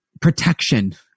protection